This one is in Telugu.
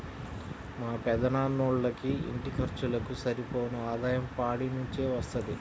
మా పెదనాన్నోళ్ళకి ఇంటి ఖర్చులకు సరిపోను ఆదాయం పాడి నుంచే వత్తది